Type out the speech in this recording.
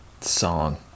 song